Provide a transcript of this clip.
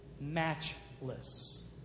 matchless